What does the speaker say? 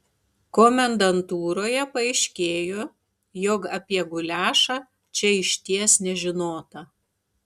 komendantūroje paaiškėjo jog apie guliašą čia išties nežinota